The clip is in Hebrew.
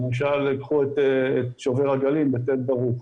קחו את שובר הגלים בתל ברוך.